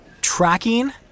tracking